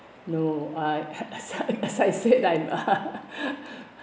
no I I as I said I'm